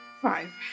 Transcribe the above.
Five